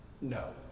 no